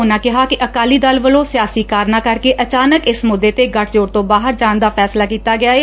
ਉਨਾਂ ਕਿਹਾ ਕਿ ਅਕਾਲੀ ਦਲ ਵਲੋਂ ਸਿਆਸੀ ਕਾਰਨਾਂ ਕਰਕੇ ਅਚਾਨਕ ਇਸ ਮੁੱਦੇ ਤੇ ਗਠਜੋੜ ਤੋ' ਬਾਹਰ ਜਾਣ ਦਾ ਫੈਸਲਾ ਕੀਤਾ ਗਿਆ ਏ'